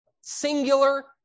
singular